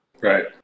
Right